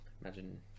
Imagine